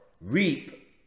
reap